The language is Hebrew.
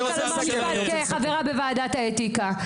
אני רוצה לומר משפט כחברה בוועדת האתיקה,